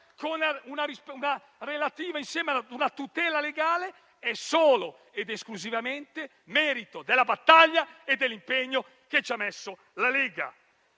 insieme a una tutela legale è solo ed esclusivamente merito della battaglia e dell'impegno della Lega.